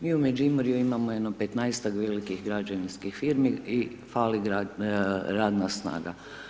Mi u Međimurju imamo jedno 15-tak velikih građevinskih firmi i fali radna snaga.